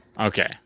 Okay